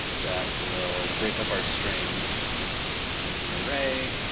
that will break up our string into an array.